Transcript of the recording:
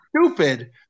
stupid